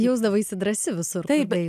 jausdavaisi drąsi visur